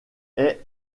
est